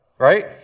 Right